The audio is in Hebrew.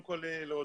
ג'דידה,